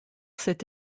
cet